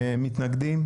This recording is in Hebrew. מתנגדים?